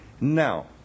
Now